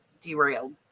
derailed